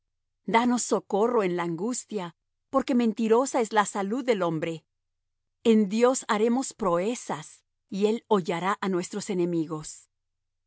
danos socorro en la angustia porque mentirosa es la salud del hombre en dios haremos proezas y él hollará nuestros enemigos